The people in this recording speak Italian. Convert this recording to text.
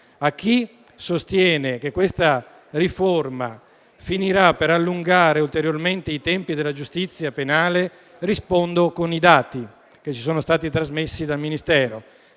A chi sostiene che questa riforma finirà per allungare ulteriormente i tempi della giustizia penale, rispondo con i dati che ci sono stati trasmessi dal Ministero: